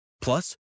Plus